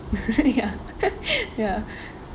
ya ya